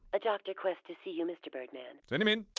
a dr. quest to see you, mr. birdman. send him in.